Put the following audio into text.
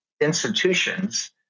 institutions